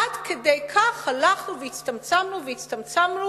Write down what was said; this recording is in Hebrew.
עד כדי כך הלכנו והצטמצמנו והצטמצמנו